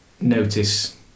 notice